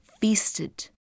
feasted